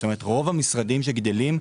רוב המשרדים שגדלים,